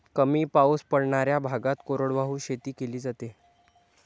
कमी पाऊस पडणाऱ्या भागात कोरडवाहू शेती केली जाते